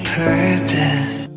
purpose